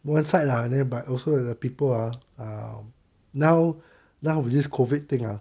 dual side lah thereby also the people are are now nowadays COVID thing ah